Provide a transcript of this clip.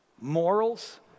morals